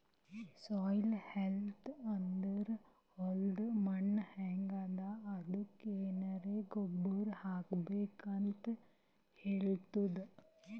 soil health ಅಂದ್ರ ಹೊಲದ್ ಮಣ್ಣ್ ಹೆಂಗ್ ಅದಾ ಅದಕ್ಕ್ ಏನೆನ್ ಗೊಬ್ಬರ್ ಹಾಕ್ಬೇಕ್ ಅಂತ್ ಹೇಳ್ತದ್